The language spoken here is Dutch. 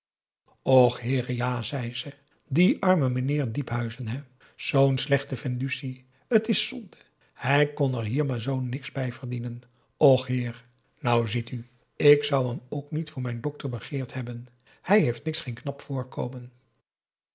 och heere ja zei ze die arme meheer diephuizen hè zoo'n slechte veduusje t is zonde hij kon er hier maar zoo niks bij verdienen och heer nou ziet u ik zou hem ook niet voor mijn dokter begeerd hebben hij heeft niks geen knap voorkomen